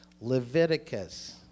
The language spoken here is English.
Leviticus